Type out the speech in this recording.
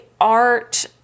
art